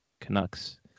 Canucks